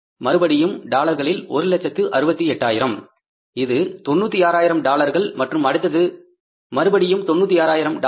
மறுபடியும் டாலர்களில் 1 லட்சத்து 68 ஆயிரம் இது 96 ஆயிரம் டாலர்கள் மற்றும் அடுத்தது மறுபடியும் 96 ஆயிரம் டாலர்கள்